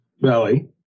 belly